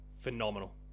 phenomenal